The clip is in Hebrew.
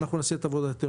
ואנחנו נעשה את עבודתנו,